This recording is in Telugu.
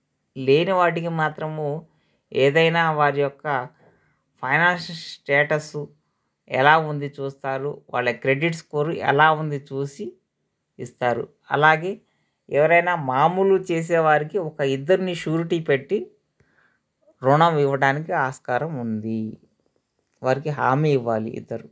లేని వాటికి మాత్రము ఏదైనా వారి యొక్క ఫైనాన్షిష్ స్టేటస్సు ఎలా ఉంది చూస్తారు వాళ్ళ క్రెడిట్ స్కోరు ఎలా ఉంది చూసి ఇస్తారు అలాగే ఎవరైనా మామూలు చేసేవారికి ఒక ఇద్దరిని షూరిటీ పెట్టి రుణం ఇవ్వడానికి ఆస్కారం ఉంది వారికి హామీ ఇవ్వాలి ఇద్దరు